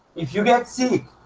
if you get sick